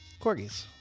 corgis